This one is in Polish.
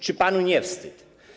Czy panu nie wstyd?